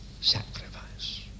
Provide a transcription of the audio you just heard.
sacrifice